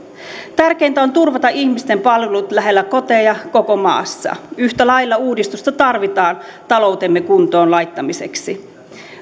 tärkeintä on turvata ihmisten palvelut lähellä koteja koko maassa yhtä lailla uudistusta tarvitaan taloutemme kuntoonlaittamiseksi